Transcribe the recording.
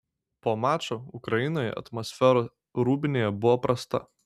po mačo ukrainoje atmosfera rūbinėje buvo prasta